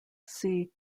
see